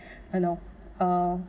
you know uh